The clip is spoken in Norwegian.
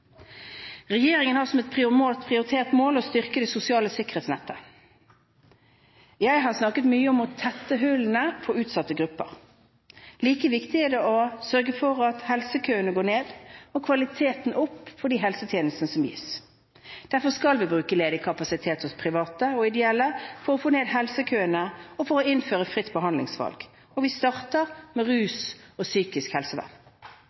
Regjeringen har som et prioritert mål å styrke det sosiale sikkerhetsnettet. Jeg har snakket mye om å tette hullene for utsatte grupper. Like viktig er det å sørge for at helsekøene går ned og kvaliteten går opp for de helsetjenestene som gis. Derfor skal vi bruke ledig kapasitet hos private og ideelle, for å få ned helsekøene og for å innføre fritt behandlingsvalg. Vi starter med